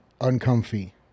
uncomfy